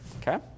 Okay